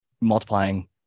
multiplying